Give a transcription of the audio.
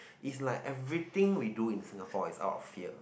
is like everything we do in Singapore is out of fear